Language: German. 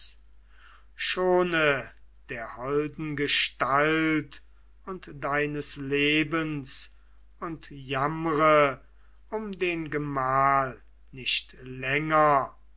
schone der holden gestalt und deines lebens und jammre um den gemahl nicht länger